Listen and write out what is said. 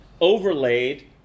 overlaid